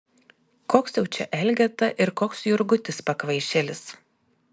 koks jau čia elgeta ir koks jurgutis pakvaišėlis